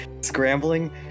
scrambling